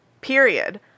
period